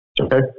okay